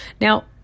Now